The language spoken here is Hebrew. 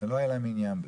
לא היה להם עניין בזה.